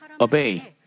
obey